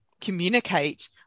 communicate